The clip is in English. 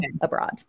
abroad